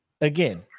again